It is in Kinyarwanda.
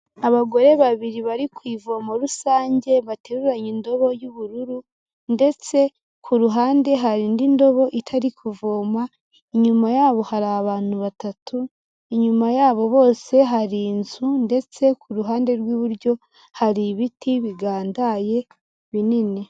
Abagore babiri bari ku ivomo rusange bateruranye indobo y'ubururu ndetse ku ruhande hari indi ndobo itari kuvoma, inyuma yabo hari abantu batatu, inyuma yabo bose hari inzu ndetse ku ruhande rw'iburyo hari ibiti bigandaye binini.